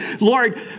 Lord